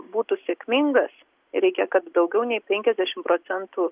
būtų sėkmingas reikia kad daugiau nei penkiasdešim procentų